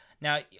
Now